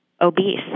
obese